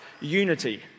unity